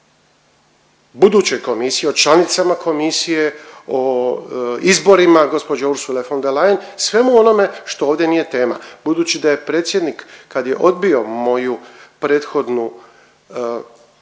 o budućoj komisiji, o članicama komisije, o izborima gđe Ursule von der Leyen, svemu onome što ovdje nije tema. Budući da je predsjednik kad je odbio moju prethodnu opasku,